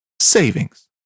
savings